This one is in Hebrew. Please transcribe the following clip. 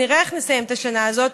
נראה איך נסיים את השנה הזאת,